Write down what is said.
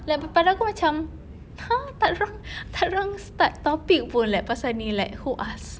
like pada aku macam !huh! tak ada orang tak ada orang start topic pun like pasal ini like who asked